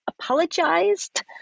apologized